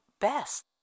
best